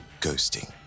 ghosting